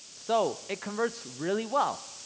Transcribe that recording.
so it converts really well,